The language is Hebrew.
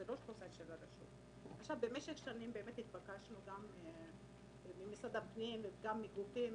במשך השנים התבקשנו ממשרד הפנים ומגופים